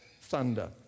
thunder